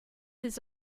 his